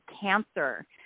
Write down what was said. cancer